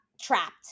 trapped